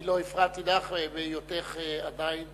לא הפרעתי לך בהיותך עדיין